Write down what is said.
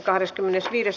asia